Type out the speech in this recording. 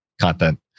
content